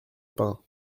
pin